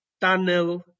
tunnel